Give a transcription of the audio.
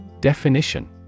Definition